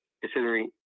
considering